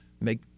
make